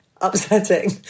upsetting